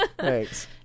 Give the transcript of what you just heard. thanks